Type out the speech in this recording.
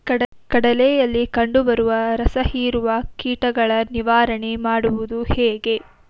ಕಡಲೆಯಲ್ಲಿ ಕಂಡುಬರುವ ರಸಹೀರುವ ಕೀಟಗಳ ನಿವಾರಣೆ ಮಾಡುವುದು ಹೇಗೆ?